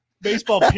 Baseball